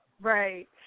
Right